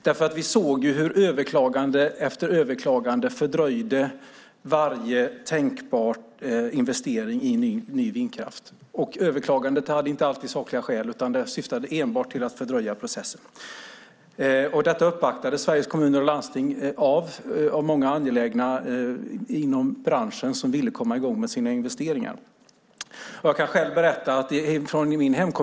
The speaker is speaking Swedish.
Vi såg nämligen hur överklagande efter överklagande fördröjde varje tänkbar investering i ny vindkraft. Bakom överklagandena fanns inte alltid sakliga skäl, utan de syftade enbart till att fördröja processen. Många angelägna inom branschen som ville komma i gång med sina investeringar uppvaktade Sveriges Kommuner och Landsting om detta.